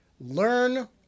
Learn